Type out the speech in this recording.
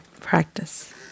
practice